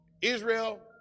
Israel